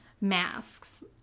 masks